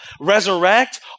resurrect